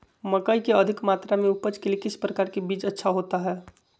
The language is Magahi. मकई की अधिक मात्रा में उपज के लिए किस प्रकार की बीज अच्छा होता है?